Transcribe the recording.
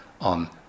on